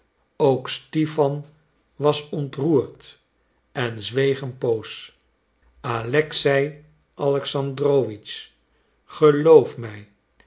ook stipan was ontroerd en zweeg een poos alexei alexandrowitsch geloof mij